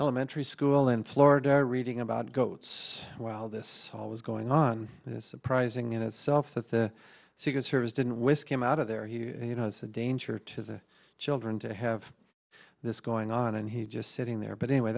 elementary school in florida are reading about goats while this was going on this uprising in itself that the secret service didn't whisk him out of there you know it's a danger to the children to have this going on and he just sitting there but anyway